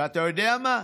ואתה יודע מה?